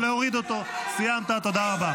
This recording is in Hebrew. בוודאי שאני רוצה להפסיק את המלחמה.